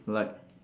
like